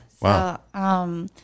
Wow